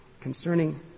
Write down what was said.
concerning